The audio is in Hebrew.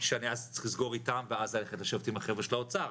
שאני אז צריך לסגור איתם ואז ללכת לשבת עם החבר'ה של האוצר.